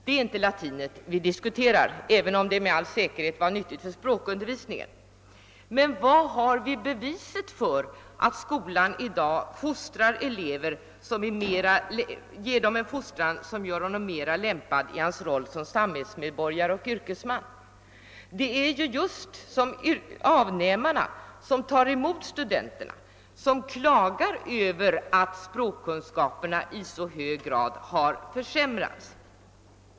Det är inte latinet vi diskuterar, även om det med all säkerhet var nyttigt för språkundervisningen, men var har vi beviset för att skolan i dag ger eleven en fostran som gör honom mer lämpad i hans roll som samhällsmedborgare och yrkesman? Det är ju just avnämarna — de som tar emot studenterna — som klagar över att språkkunskaperna i så hög grad har försämrats.